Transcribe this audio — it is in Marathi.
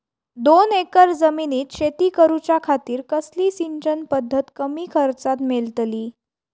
दोन एकर जमिनीत शेती करूच्या खातीर कसली सिंचन पध्दत कमी खर्चात मेलतली?